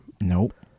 Nope